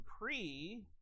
pre